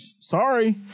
sorry